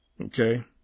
Okay